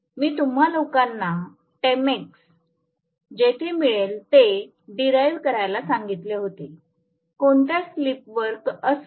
मी तुम्हा लोकांना टेमॅक्स जेथे मिळेल ते डिराईव्ह करायला सांगितले होतेकोणत्या स्लिपवर असं